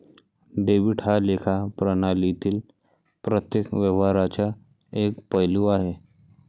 debit हा लेखा प्रणालीतील प्रत्येक व्यवहाराचा एक पैलू आहे